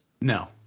No